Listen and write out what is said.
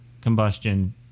combustion